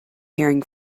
hearing